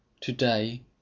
today